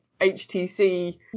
HTC